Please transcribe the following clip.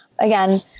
Again